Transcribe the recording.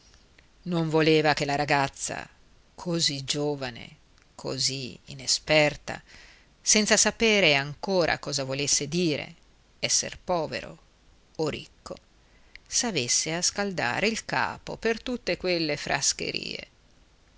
non voleva che la ragazza così giovane così inesperta senza sapere ancora cosa volesse dire esser povero o ricco s'avesse a scaldare il capo per tutte quelle frascherie lui